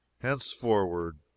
henceforward